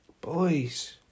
boys